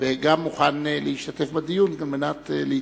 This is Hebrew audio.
וגם מוכן להשתתף בדיון על מנת להתייחס.